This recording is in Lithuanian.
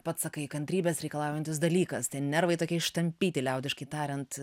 pats sakai kantrybės reikalaujantis dalykas tai nervai tokie ištampyti liaudiškai tariant